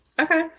Okay